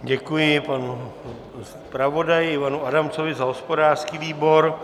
Děkuji panu zpravodaji Ivanu Adamcovi za hospodářský výbor.